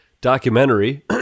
documentary